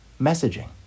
messaging